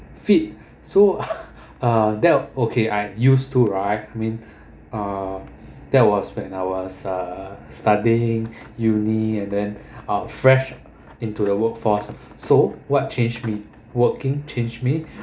fit so uh that okay I used to right when uh there was when I was studying uni and then uh fresh into the workforce so what changed me working changed me